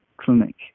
clinic